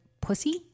pussy